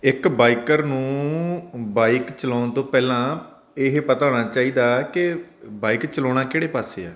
ਇੱਕ ਬਾਈਕਰ ਨੂੰ ਬਾਈਕ ਚਲਾਉਣ ਤੋਂ ਪਹਿਲਾਂ ਇਹ ਪਤਾ ਹੋਣਾ ਚਾਹੀਦਾ ਕਿ ਬਾਈਕ ਚਲਾਉਣਾ ਕਿਹੜੇ ਪਾਸੇ ਆ